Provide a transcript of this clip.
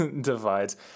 divides